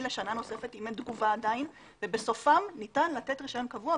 לשנה נוספת אם עדיין אין תגובה ובסופה ניתן לתת רישיון קבוע.